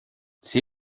see